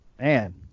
man